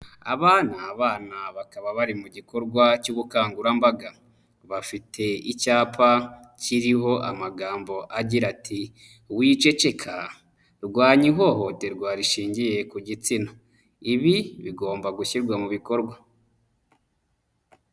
Aba ni abana bakaba bari mu gikorwa cy'ubukangurambaga. Bafite icyapa kiriho amagambo agira ati, wiceceka, rwanya ihohoterwa rishingiye ku gitsina. Ibi bigomba gushyirwa mu bikorwa.